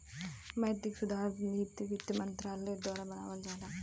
मौद्रिक सुधार क नीति वित्त मंत्रालय द्वारा बनावल जाला